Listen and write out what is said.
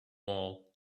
wall